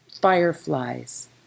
fireflies